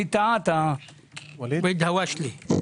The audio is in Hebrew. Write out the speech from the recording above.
בבקשה.